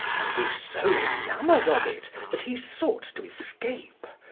and grew so enamoured of it that he sought to escape,